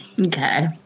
Okay